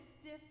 stiff